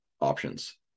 options